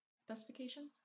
specifications